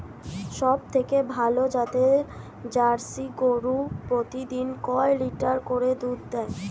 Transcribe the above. সবথেকে ভালো জাতের জার্সি গরু প্রতিদিন কয় লিটার করে দুধ দেয়?